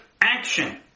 action